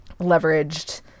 leveraged